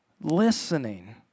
Listening